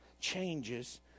changes